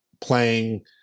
playing